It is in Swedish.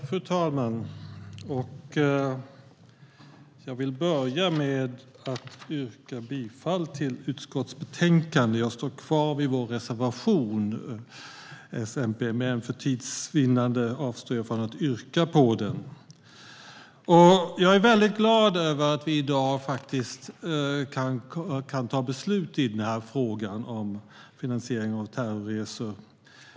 Fru talman! Jag vill börja med att yrka bifall till förslaget i utskottets betänkande. Jag står fast vid vår reservation från S och MP, men för tids vinnande avstår jag från att yrka bifall till den. Jag är väldigt glad att vi i dag faktiskt kan ta beslut i frågan om finansiering av terrorresor.